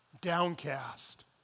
downcast